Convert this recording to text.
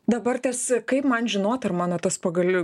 dabar tas kaip man žinoti ar mano tas pagaliau